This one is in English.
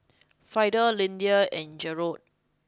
Frieda Lyndia and Jerold